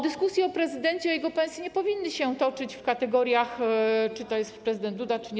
Dyskusje o prezydencie i jego pensji nie powinny się toczyć w kategoriach, czy to jest prezydent Duda, czy nie.